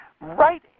Right